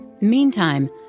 Meantime